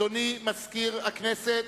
אדוני מזכיר הכנסת,